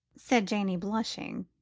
said janey, blushing.